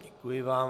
Děkuji vám.